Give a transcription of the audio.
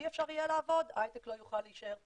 אי אפשר יהיה לעבוד, ההייטק לא יוכל להישאר פה'.